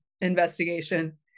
investigation